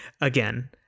again